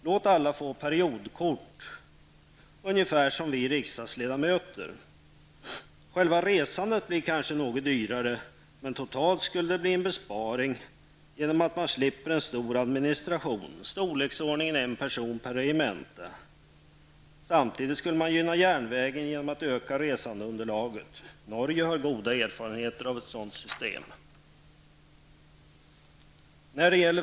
Låt alla få periodkort på ungefär samma sätt som vi riksdagsledamöter. Själva resandet blir kanske något dyrare, men totalt skulle det bli en besparing genom att man slipper en stor administration i storleksordningen en person per regemente. Samtidigt skulle man gynna järnvägen genom att öka resandeunderlaget. Norge har goda erfarenheter av ett sådant system.